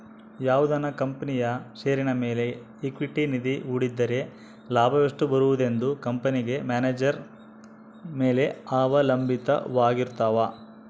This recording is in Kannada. ಯಾವುದನ ಕಂಪನಿಯ ಷೇರಿನ ಮೇಲೆ ಈಕ್ವಿಟಿ ನಿಧಿ ಹೂಡಿದ್ದರೆ ಲಾಭವೆಷ್ಟು ಬರುವುದೆಂದು ಕಂಪೆನೆಗ ಮ್ಯಾನೇಜರ್ ಮೇಲೆ ಅವಲಂಭಿತವಾರಗಿರ್ತವ